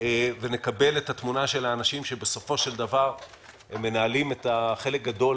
ונקבל את התמונה של האנשים שבסופו של דבר מנהלים חלק גדול